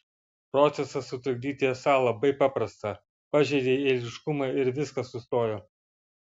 procesą sutrikdyti esą labai paprasta pažeidei eiliškumą ir viskas sustojo